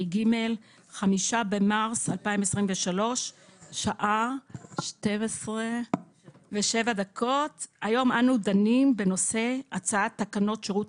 12:07. היום אנו דנים בנושא הצעת תקנות שירות